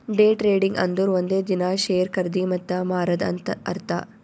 day trading ಅಂದುರ್ ಒಂದೇ ದಿನಾ ಶೇರ್ ಖರ್ದಿ ಮತ್ತ ಮಾರಾದ್ ಅಂತ್ ಅರ್ಥಾ